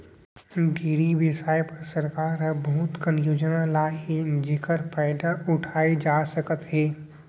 dairy बेवसाय बर सरकार ह बहुत कन योजना लाए हे जेकर फायदा उठाए जा सकत हे